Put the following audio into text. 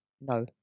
no